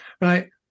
right